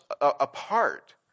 apart